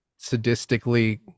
sadistically